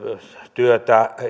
työtä